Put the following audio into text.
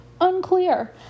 Unclear